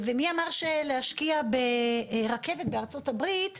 מי אמר שלהשקיע ברכבת בארצות הברית כדאי,